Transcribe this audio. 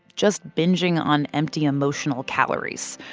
just bingeing on empty emotional calories.